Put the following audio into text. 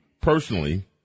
personally